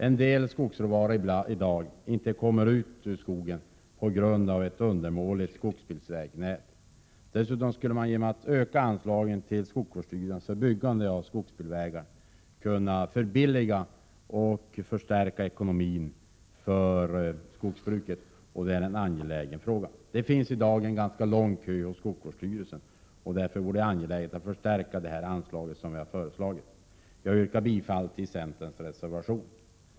En del skogsråvara kommer i dag inte ut ur skogen på grund 2 juni 1988 av ett undermåligt skogsbilvägnät. Dessutom skulle man genom att öka anslagen till skogsvårdsstyrelsen för byggande av skogsbilvägar kunna förbilliga för skogsbruket och förstärka ekonomin. Detta är en angelägen fråga. Det finns i dag en ganska lång kö hos skogsvårdsstyrelsen. Därför vore det angeläget att förstärka det här anslaget, såsom vi har föreslagit. Jag yrkar bifall till centerns reservation.